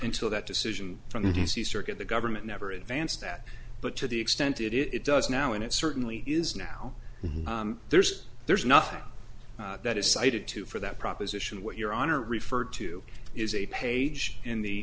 until that decision from the d c circuit the government never advanced that but to the extent it does now and it certainly is now there's there's nothing that is cited to for that proposition what your honor referred to is a page in the